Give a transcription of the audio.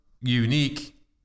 unique